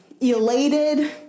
elated